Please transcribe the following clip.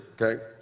okay